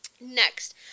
next